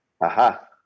Aha